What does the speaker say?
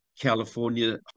California